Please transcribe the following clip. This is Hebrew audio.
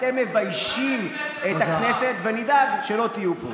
מה, אתם מביישים את הכנסת, ונדאג שלא תהיו פה.